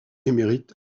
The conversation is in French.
émérite